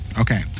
okay